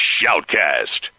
Shoutcast